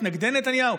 מתנגדי נתניהו?